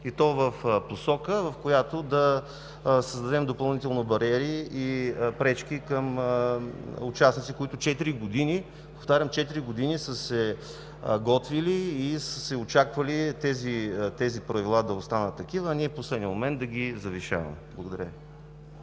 и то в посока, в която да създадем допълнително бариери и пречки към участници, които четири години, повтарям, четири години са се готвили и са очаквали правилата да останат такива, а ние в последния момент да ги завишаваме. Благодаря.